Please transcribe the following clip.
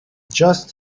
just